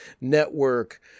network